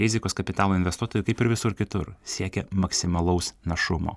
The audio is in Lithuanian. rizikos kapitalo investuotojai kaip ir visur kitur siekia maksimalaus našumo